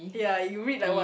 yea you read like what